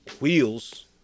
wheels